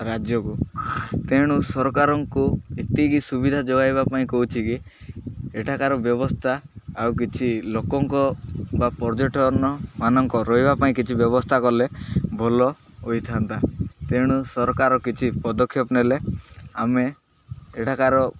ରାଜ୍ୟକୁ ତେଣୁ ସରକାରଙ୍କୁ ଏତିକି ସୁବିଧା ଯୋଗାଇବା ପାଇଁ କହୁଛି କି ଏଠାକାର ବ୍ୟବସ୍ଥା ଆଉ କିଛି ଲୋକଙ୍କ ବା ପର୍ଯ୍ୟଟନମାନଙ୍କ ରହିବା ପାଇଁ କିଛି ବ୍ୟବସ୍ଥା କଲେ ଭଲ ହୋଇଥାନ୍ତା ତେଣୁ ସରକାର କିଛି ପଦକ୍ଷେପ ନେଲେ ଆମେ ଏଠାକାର